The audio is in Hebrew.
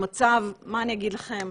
המצב, מה אני אגיד לכם?